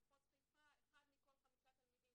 במחוז חיפה אחד מתוך חמישה תלמידים,